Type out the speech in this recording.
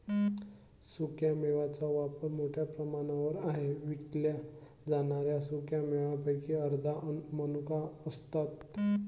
सुक्या मेव्यांचा वापर मोठ्या प्रमाणावर आहे विकल्या जाणाऱ्या सुका मेव्यांपैकी अर्ध्या मनुका असतात